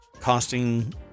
costing